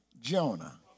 Jonah